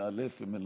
מאלף ומלמד.